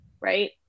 right